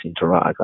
interact